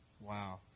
Wow